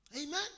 Amen